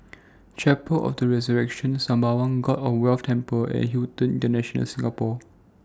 Chapel of The Resurrection Sembawang God of Wealth Temple and Hilton International Singapore